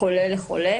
חולה לחולה,